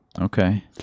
Okay